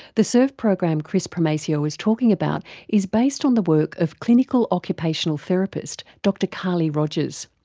the surf program kris primacio was talking about is based on the work of clinical occupational therapist dr carly rogers.